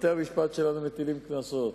בתי-המשפט שלנו מטילים קנסות,